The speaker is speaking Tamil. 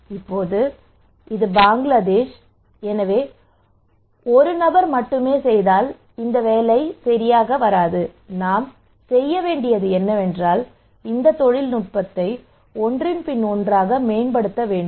இப்போது இது பங்களாதேஷ் எனவே ஒரு நபர் மட்டுமே செய்தால் அது வேலை செய்யாது நாம் செய்ய வேண்டியது என்னவென்றால் இந்த தொழில்நுட்பத்தை ஒன்றன் பின் ஒன்றாக மேம்படுத்த வேண்டும்